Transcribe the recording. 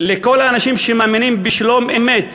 מכל האנשים שמאמינים בשלום-אמת,